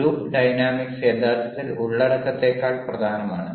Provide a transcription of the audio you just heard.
group dynamics യഥാർത്ഥത്തിൽ ഉള്ളടക്കത്തേക്കാൾ പ്രധാനമാണ്